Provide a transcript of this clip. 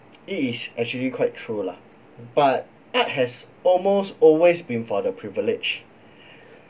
it is actually quite true lah but art has almost always been for the privileged